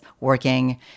working